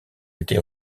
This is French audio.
été